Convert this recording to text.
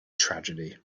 tragedy